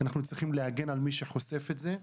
אנחנו צריכים להגן על מי שחושף את זה.